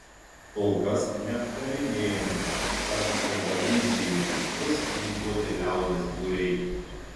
kol kas neaptarinėjama ar gagaūzijoje bus ginkluoti liaudies būriai